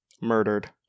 murdered